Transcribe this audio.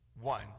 one